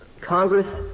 Congress